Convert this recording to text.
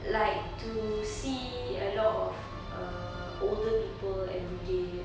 like to see a lot of err older people everyday